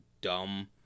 dumb